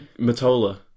Matola